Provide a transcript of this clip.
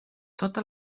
tota